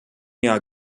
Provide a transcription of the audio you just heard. jahr